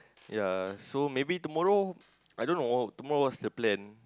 ya so maybe tomorrow I dunno tomorrow what's the plan